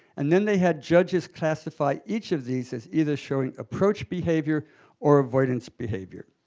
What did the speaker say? and then they had judges classify each of these as either showing approach behavior or avoidance behavior.